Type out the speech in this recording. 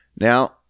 Now